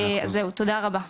תודה רבה.